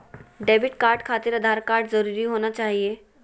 Debit card खातिर Aadhaar card जरूरी होना चाहिए?